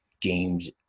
games